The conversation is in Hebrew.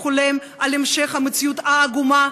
הוא חולם על המשך המציאות העגומה,